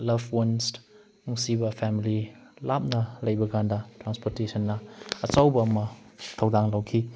love ꯋꯥꯟꯁ ꯅꯨꯡꯁꯤꯕ family ꯂꯥꯞꯅ ꯂꯩꯕꯀꯥꯟꯗ ꯇ꯭ꯔꯥꯟꯁꯄꯣꯔꯇꯦꯁꯟꯅ ꯑꯆꯧꯕ ꯑꯃ ꯊꯧꯗꯥꯡ ꯂꯧꯈꯤ